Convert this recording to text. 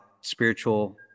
spiritual